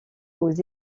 aux